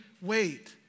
wait